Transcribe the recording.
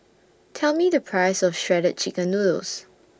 Tell Me The Price of Shredded Chicken Noodles